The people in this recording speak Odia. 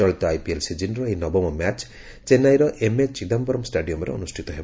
ଚଳିତ ଆଇପିଏଲ୍ ସିଜିନ୍ର ଏହି ନବମ ମ୍ୟାଚ୍ ଚେନ୍ନାଇର ଏମ୍ଏ ଚିଦାୟରମ୍ ଷ୍ଟାଡିୟମ୍ରେ ଅନୁଷ୍ଠିତ ହେବ